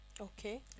Okay